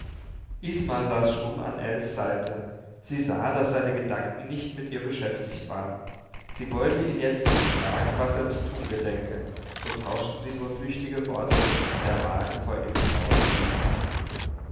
isma saß stumm an ells seite sie sah daß seine gedanken nicht mit ihr beschäftigt waren sie wollte ihn jetzt nicht fragen was er zu tun gedenke so tauschten sie nur flüchtige worte bis der wagen vor ills haus hielt